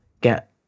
get